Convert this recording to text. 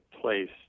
place